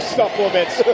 supplements